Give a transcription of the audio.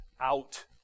out